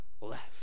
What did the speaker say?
left